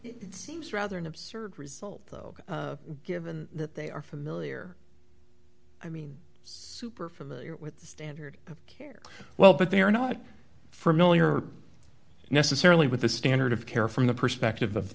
seems rather an absurd result though given that they are familiar i mean super familiar with the standard of care well but they are not familiar necessarily with the standard of care from the perspective of